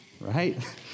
Right